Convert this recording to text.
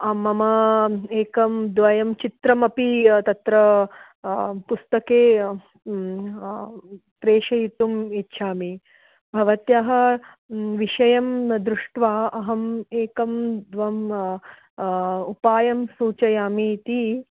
मम एकं द्वयं चित्रम् अपि तत्र पुस्तके प्रेषयितुम् इच्छामि भवत्याः विषयं दृष्ट्वा अहम् एकम् द्वयम् उपायं सूचयामि इति